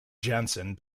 jansen